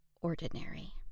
ordinary